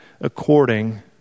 according